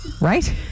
Right